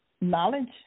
knowledge